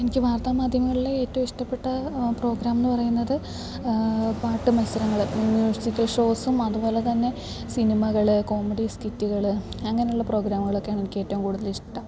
എനിക്ക് വാർത്താ മാധ്യമങ്ങളിലെ ഏറ്റവും ഇഷ്ടപ്പെട്ട പ്രോഗ്രാമെന്നു പറയുന്നത് പാട്ടു മത്സരങ്ങൾ മ്യൂസിക്കൽ ഷോസും അതു പോലെ തന്നെ സിനിമകൾ കോമഡി സ്കിറ്റുകൾ അങ്ങനെയുള്ള പ്രോഗ്രാമുകളൊക്കെയാണെനിക്കേറ്റവും കൂടുതൽ ഇഷ്ടം